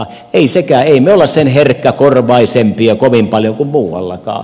emme me ole sen herkkäkorvaisempia kovin paljon kuin muuallakaan